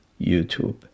YouTube